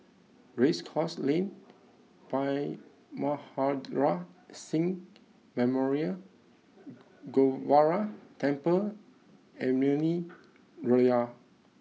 Race Course Lane Bhai Maharaj Singh Memorial Gurdwara Temple and Naumi Liora